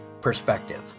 perspective